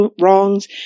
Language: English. wrongs